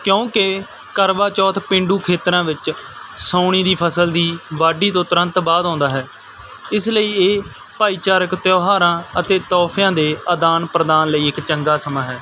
ਕਿਉਂਕਿ ਕਰਵਾ ਚੌਥ ਪੇਂਡੂ ਖੇਤਰਾਂ ਵਿੱਚ ਸਾਉਣੀ ਦੀ ਫ਼ਸਲ ਦੀ ਵਾਢੀ ਤੋਂ ਤੁਰੰਤ ਬਾਅਦ ਆਉਂਦਾ ਹੈ ਇਸ ਲਈ ਇਹ ਭਾਈਚਾਰਕ ਤਿਉਹਾਰਾਂ ਅਤੇ ਤੋਹਫ਼ਿਆਂ ਦੇ ਆਦਾਨ ਪ੍ਰਦਾਨ ਲਈ ਇੱਕ ਚੰਗਾ ਸਮਾਂ ਹੈ